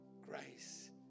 grace